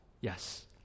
Yes